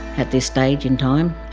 at this stage in time.